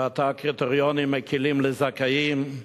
ועדה לקריטריונים מקלים לזכאים.